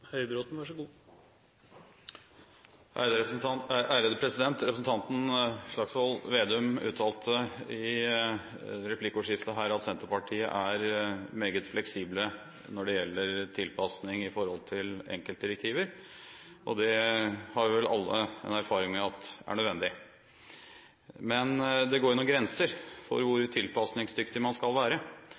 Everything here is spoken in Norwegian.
her at Senterpartiet er meget fleksibelt når det gjelder tilpasning til enkeltdirektiver – og det har vi vel alle en erfaring med at er nødvendig. Men det går noen grenser for hvor tilpasningsdyktig man skal være,